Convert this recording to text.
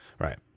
right